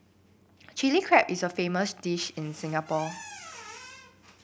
Chilli Crab is a famous dish in Singapore